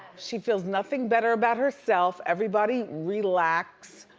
she feels nothing better about herself, everybody relax.